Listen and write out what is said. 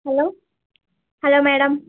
hello hello madam